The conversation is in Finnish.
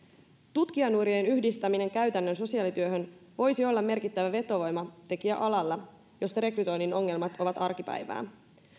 tutkijanurien yhdistäminen käytännön sosiaalityöhön voisi olla merkittävä vetovoimatekijä alalla jolla rekrytoinnin ongelmat ovat arkipäivää